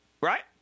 right